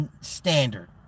standard